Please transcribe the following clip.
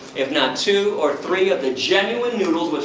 if not two or three of the genuine noodles,